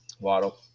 Waddle